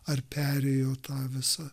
ar perėjo tą visą